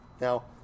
Now